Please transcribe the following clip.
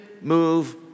move